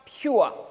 pure